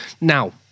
now